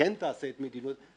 וכן תעשה מדיניות,